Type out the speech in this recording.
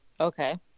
Okay